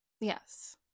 Yes